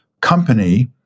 company